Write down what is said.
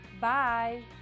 Bye